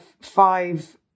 five